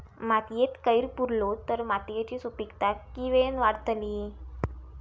मातयेत कैर पुरलो तर मातयेची सुपीकता की वेळेन वाडतली?